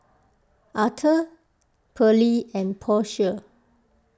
Atha Pearle and Portia